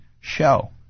show